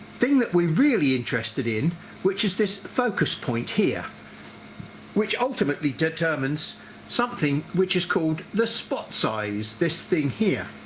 thing that we're really interested in which is this focus point here which ultimately determines something which is called the spot size this thing here.